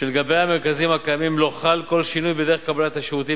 שלגבי המרכזים הקיימים לא חל כל שינוי בדרך קבלת השירותים,